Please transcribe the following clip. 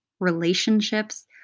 relationships